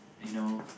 you know